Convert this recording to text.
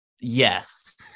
Yes